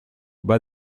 bas